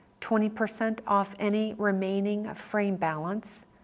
twenty percent off any remaining frame balance,